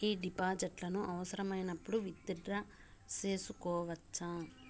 ఈ డిపాజిట్లను అవసరమైనప్పుడు విత్ డ్రా సేసుకోవచ్చా?